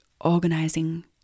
organizing